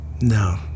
no